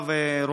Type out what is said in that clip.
הפעימות,